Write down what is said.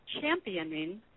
championing